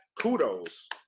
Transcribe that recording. kudos